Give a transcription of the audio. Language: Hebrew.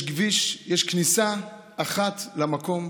יש כביש, יש כניסה אחת למקום.